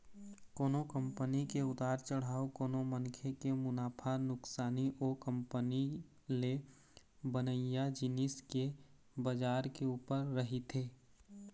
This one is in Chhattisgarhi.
कोनो कंपनी के उतार चढ़ाव कोनो मनखे के मुनाफा नुकसानी ओ कंपनी ले बनइया जिनिस के बजार के ऊपर रहिथे